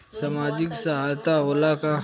सामाजिक सहायता होला का?